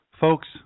Folks